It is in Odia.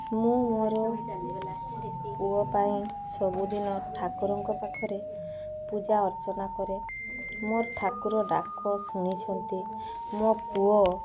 ମୁଁ ମୋର ପୁଅ ପାଇଁ ସବୁ ଦିନ ଠାକୁରଙ୍କ ପାଖରେ ପୂଜା ଅର୍ଚ୍ଚନା କରେ ମୋର ଠାକୁର ଡାକ ଶୁଣିଛନ୍ତି ମୋ ପୁଅ